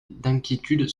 d’inquiétude